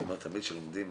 אומר תמיד שלומדים